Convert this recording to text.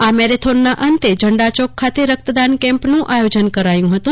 આ મેરેથોનના અંતે ઝંડા ચોક ખાતે રક્તદાન કેમ્પનું આયોજન કરાયું હતું